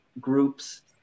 groups